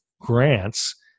grants